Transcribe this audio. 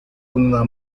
una